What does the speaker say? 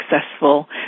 successful